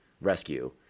rescue